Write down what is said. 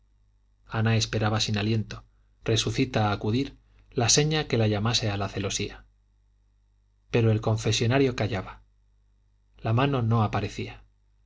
ana esperaba sin aliento resucita a acudir la seña que la llamase a la celosía pero el confesonario callaba la mano no aparecía